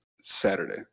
Saturday